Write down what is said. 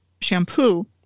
Shampoo